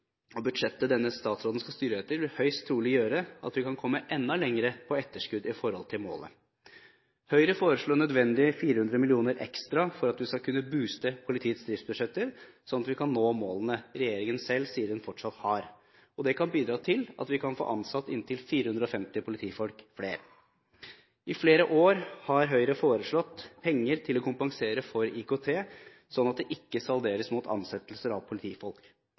Budsjettet denne statsråden skal styre etter, vil høyst trolig gjøre at vi kan komme enda mer på etterskudd i forhold til målet. Høyre foreslår nødvendige 400 mill. kr ekstra for at vi skal kunne «booste» politiets driftsbudsjetter, slik at vi kan nå de målene regjeringen selv sier at den fortsatt har. Dette kan bidra til at vi kan få ansatt inntil 450 flere politifolk. I flere år har Høyre foreslått penger som skal kompensere med hensyn til IKT, slik at det ikke salderes mot ansettelser av politifolk.